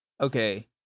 Okay